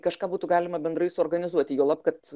kažką būtų galima bendrai suorganizuoti juolab kad